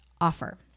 offer